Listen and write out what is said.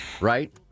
right